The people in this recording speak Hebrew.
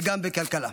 וגם בכלכלה.